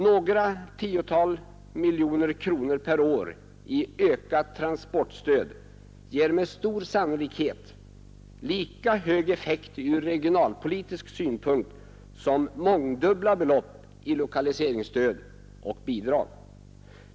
Några tiotal miljoner kronor per år i ökat transportstöd ger med stor sannolikhet lika hög effekt ur regionalpolitisk synpunkt som mångdubbla belopp i lokaliseringsstöd och bidrag.